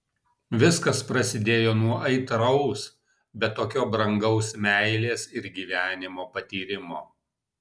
viskas prasidėjo nuo aitraus bet tokio brangaus meilės ir gyvenimo patyrimo